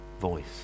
voice